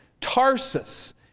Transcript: Tarsus